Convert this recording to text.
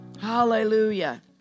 hallelujah